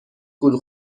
گول